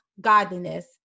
godliness